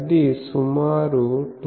అది సుమారు 2